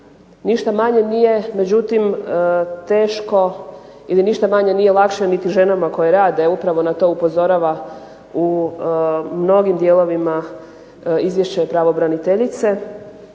Ništa manje nije međutim teško ili ništa manje nije lakše niti ženama koje rade, upravo na to upozorava u mnogim dijelovima izvješća i pravobraniteljica,